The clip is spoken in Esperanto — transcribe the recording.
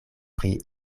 pri